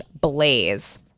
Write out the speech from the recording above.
blaze